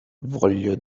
voglio